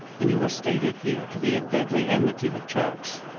and you were stated here to be at deadly enmity with turks.